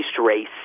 race